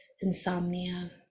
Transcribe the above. insomnia